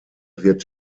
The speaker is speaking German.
wird